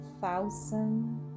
thousand